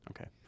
Okay